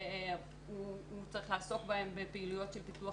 שהוא צריך לעסוק בהן בפעילויות של פיתוח